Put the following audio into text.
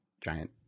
giant